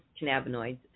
cannabinoids